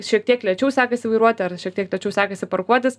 šiek tiek lėčiau sekasi vairuoti ar šiek tiek lėčiau sekasi pakuotis